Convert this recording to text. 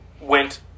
went